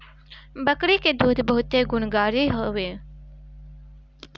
बकरी के दूध बहुते गुणकारी हवे